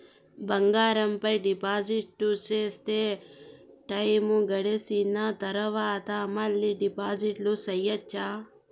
బంగారం పైన డిపాజిట్లు సేస్తే, టైము గడిసిన తరవాత, మళ్ళీ డిపాజిట్లు సెయొచ్చా?